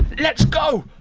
let's go.